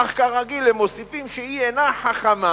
אך כרגיל הם מוסיפים שהיא אינה "חכמה",